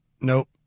Nope